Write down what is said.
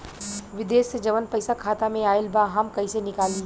विदेश से जवन पैसा खाता में आईल बा हम कईसे निकाली?